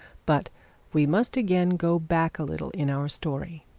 but we must again go back a little in our story.